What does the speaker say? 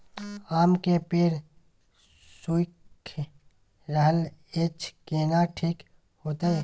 आम के पेड़ सुइख रहल एछ केना ठीक होतय?